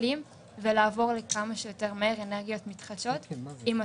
האקלים ולעבור כמה שיותר מהר לאנרגיות מתחדשות עם הטכנולוגיות.